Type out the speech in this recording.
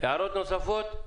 הערות נוספות?